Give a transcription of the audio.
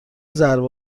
ضربه